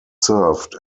served